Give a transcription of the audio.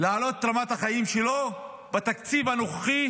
להעלות את רמת החיים שלו בתקציב הנוכחי,